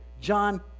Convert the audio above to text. John